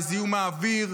לזיהום האוויר,